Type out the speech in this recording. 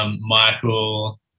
Michael